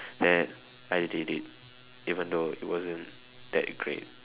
that I did it even though it wasn't that great